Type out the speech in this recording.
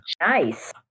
Nice